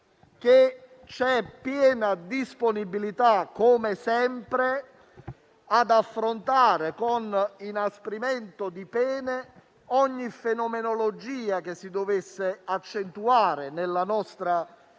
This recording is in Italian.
c'è piena disponibilità, come sempre, ad affrontare con inasprimento di pene ogni fenomenologia che si dovesse accentuare nella nostra società,